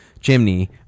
chimney